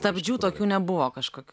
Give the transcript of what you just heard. stabdžių tokių nebuvo kažkokių